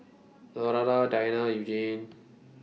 Lurana Diana and Eugenie